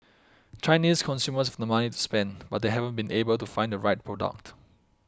Chinese consumers have the money to spend but they haven't been able to find the right product